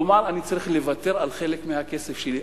כלומר אני צריך לוותר על חלק מהכסף שלי.